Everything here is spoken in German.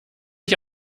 ich